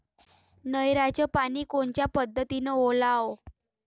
नयराचं पानी कोनच्या पद्धतीनं ओलाव?